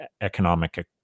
economic